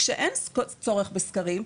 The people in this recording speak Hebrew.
כשאין צורך בסקרים,